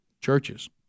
Churches